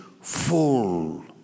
full